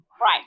Right